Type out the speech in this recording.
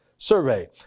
Survey